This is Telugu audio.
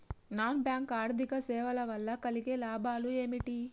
నాన్ బ్యాంక్ ఆర్థిక సేవల వల్ల కలిగే లాభాలు ఏమిటి?